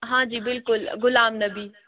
ہاں جی بِلکُل غُلام نبی